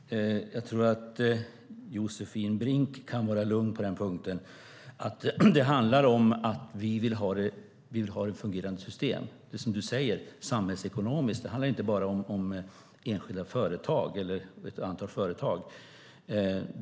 Herr talman! Jag tror att Josefin Brink kan vara lugn på den punkten. Det handlar om att vi vill ha ett fungerande system samhällsekonomiskt, som du säger. Det handlar inte bara om ett antal företag.